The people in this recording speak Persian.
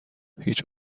هیچ